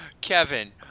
Kevin